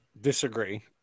disagree